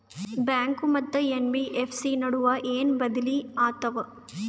Bank ಮತ್ತ NBFC ನಡುವ ಏನ ಬದಲಿ ಆತವ?